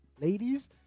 Ladies